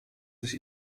sich